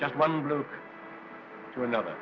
just one little to another